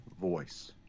voice